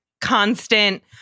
constant